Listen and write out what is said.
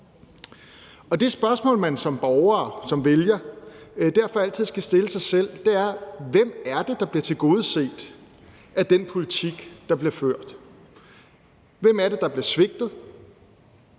det spørgsmål, man som borger og som vælger derfor altid skal stille sig selv er: Hvem er det, der bliver tilgodeset af den politik, der bliver ført? Hvem er det, der bliver svigtet,